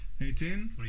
Eighteen